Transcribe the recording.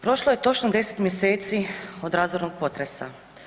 Prošlo je točno 10 mjeseci od razornog potresa.